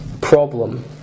problem